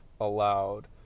allowed